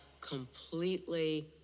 completely